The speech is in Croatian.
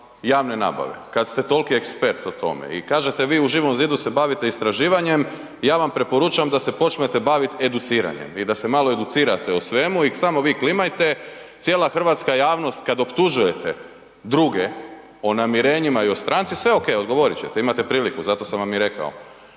javne nabave kada ste toliki ekspert o tome. I kažete vi u Živom zidu se bavite istraživanjem, ja vam preporučam da se počnete baviti educiranjem i da se malo educirate o svemu i samo vi klimajte. Cijela Hrvatska javnost kad optužujete druge o namirenjima i o stranci, sve OK, odgovoriti ćete, imate priliku, zato sam vam i rekao,